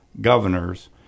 governors